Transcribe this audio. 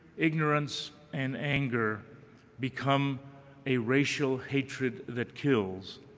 ignorance and anger become a racial hatred that kills.